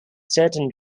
certain